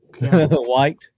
White